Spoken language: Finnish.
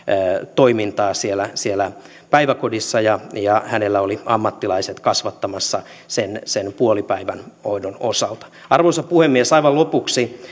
toimintaa siellä siellä päiväkodissa ja ja hänellä oli ammattilaiset kasvattamassa sen sen puolipäivähoidon osalta arvoisa puhemies aivan lopuksi